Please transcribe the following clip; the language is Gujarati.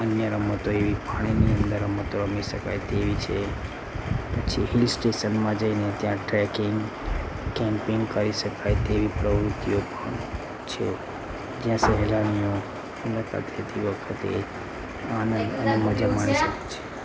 અહીંયાં રમતો એવી ઘણી બધી રમતો રમી શકાય તેવી છે પછી હિલ સ્ટેશનમાં જઈને ત્યાં ટ્રેકિંગ કેમપિન્ગ કરી શકાય તેવી પ્રવૃતિઓ છે જ્યાં સહેલાણીઓ મુલાકાત લેતી વખતે આનંદ અને મજા માણી શકે છે